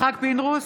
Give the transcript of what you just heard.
יצחק פינדרוס,